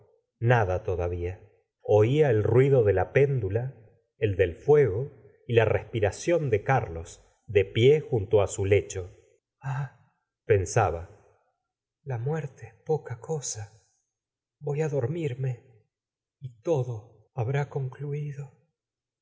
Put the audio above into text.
nada todavía oia el ruido de la péndula el del fuego y la respiración de carlos de pie junto á su lecho ah pensaba la muerte es poca cosa voy tí dormirme y todo habrá concluido